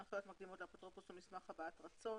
הנחיות מקדימות לאפוטרופוס או מסמך הבעת רצון.